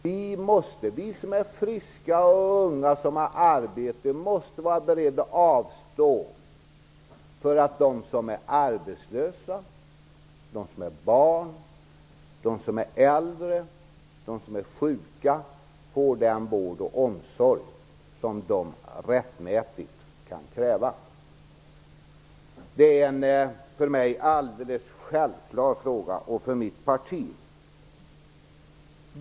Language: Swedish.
Vi som är friska och unga och har arbete måste vara beredda att avstå för att de arbetslösa, barnen, de äldre och de sjuka får den vård och omsorg som de rättmätigt kan kräva. Det är en för mig och mitt parti alldeles självklar fråga.